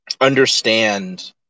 understand